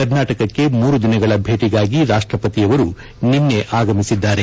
ಕರ್ನಾಟಕಕ್ಕೆ ಮೂರು ದಿನಗಳ ಭೇಟಗಾಗಿ ರಾಷ್ಟಪತಿಯವರು ನಿನ್ನೆ ಆಗಮಿಸಿದ್ದಾರೆ